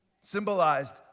symbolized